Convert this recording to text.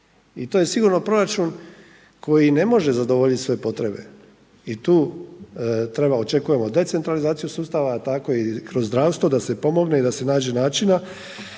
i to je sigurno proračun koji ne može zadovoljiti sve potrebe i tu treba očekujemo decentralizaciju sustava tako i kroz zdravstvo da se pomogne i da se nađe načina